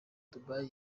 dubai